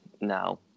now